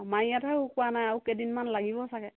আমাৰ ইয়াতহে শুকোৱা নাই আৰু কেইদিনমান লাগিব চাগৈ